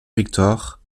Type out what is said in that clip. victor